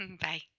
Bye